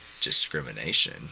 discrimination